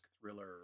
thriller